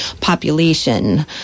population